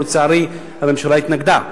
ולצערי הממשלה התנגדה לה.